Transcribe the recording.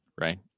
right